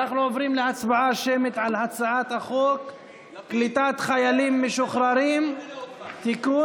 אנחנו עוברים להצבעה שמית על הצעת חוק קליטת חיילים משוחררים (תיקון,